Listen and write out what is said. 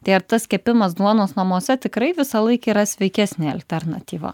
tai ar tas kepimas duonos namuose tikrai visąlaik yra sveikesnė alternatyva